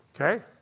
Okay